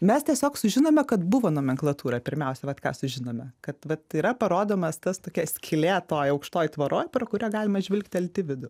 mes tiesiog sužinome kad buvo nomenklatūra pirmiausia vat ką sužinome kad vat yra parodomas tas tokia skylė toj aukštoj tvoroj per kurią galima žvilgtelt į vidų